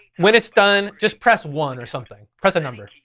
when it's done, just press one or something press a number.